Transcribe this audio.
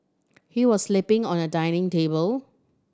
he was sleeping on a dining table